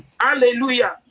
Hallelujah